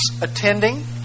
attending